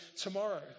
tomorrow